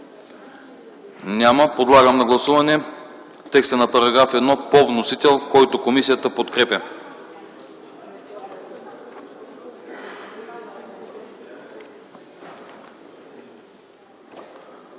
прието. Подлагам на гласуване текста на § 2 по вносител, който комисията подкрепя.